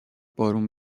بارون